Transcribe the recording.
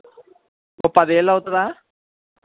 ఓ పది ఏళ్ళు అవుతుందా